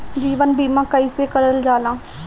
जीवन बीमा कईसे करल जाला?